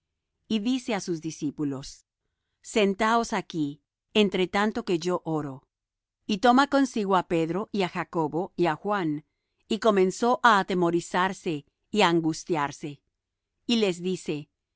y dice á sus discípulos sentaos aquí entre tanto que yo oro y toma consigo á pedro y á jacobo y á juan y comenzó á atemorizarse y á angustiarse y les dice